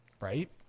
right